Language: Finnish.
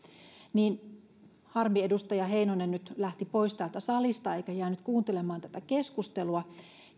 harmi että edustaja heinonen nyt lähti pois täältä salista eikä jäänyt kuuntelemaan tätä keskustelua